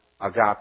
agape